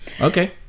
Okay